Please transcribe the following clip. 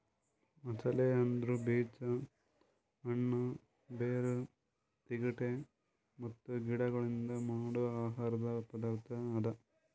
ಮಸಾಲೆ ಅಂದುರ್ ಬೀಜ, ಹಣ್ಣ, ಬೇರ್, ತಿಗೊಟ್ ಮತ್ತ ಗಿಡಗೊಳ್ಲಿಂದ್ ಮಾಡೋ ಆಹಾರದ್ ಪದಾರ್ಥ ಅದಾ